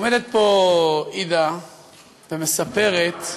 עומדת פה עידה ומספרת,